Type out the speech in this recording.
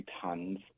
tons